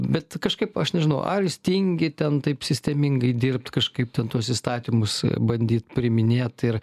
bet kažkaip aš nežinau ar jis tingi ten taip sistemingai dirbt kažkaip ten tuos įstatymus bandyt priiminėt ir